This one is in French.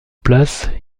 place